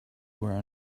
were